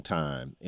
time